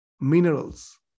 minerals